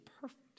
perfect